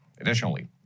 Additionally